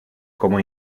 como